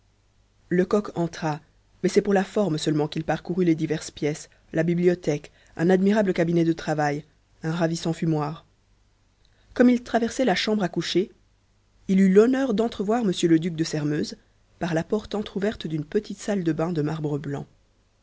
lecoq entra mais c'est pour la forme seulement qu'il parcourut les diverses pièces la bibliothèque un admirable cabinet de travail un ravissant fumoir comme il traversait la chambre à coucher il eut l'honneur d'entrevoir m le duc de sairmeuse par la porte entr'ouverte d'une petite salle de bains de marbre blanc